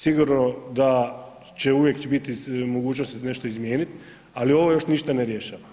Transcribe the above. Sigurno da će uvijek biti mogućnosti za nešto izmijeniti ali ovo još ništa ne rješava.